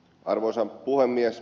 arvoisa puhemies